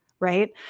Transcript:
Right